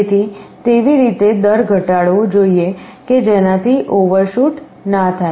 તેથી તેવી રીતે દર ઘટાડવો જોઈએ કે જેનાથી ઓવરશૂટ ના થાય